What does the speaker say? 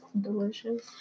delicious